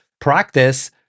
practice